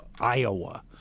Iowa